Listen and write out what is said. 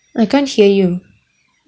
I can't hear you